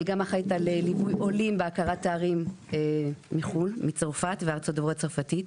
אני גם אחראית על ליווי עולים בהכרת תארים מצרפת וארצות דוברות צרפתית.